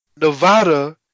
Nevada